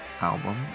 album